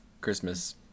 Christmas